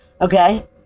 Okay